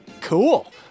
Cool